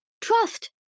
trust